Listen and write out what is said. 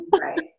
Right